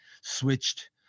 switched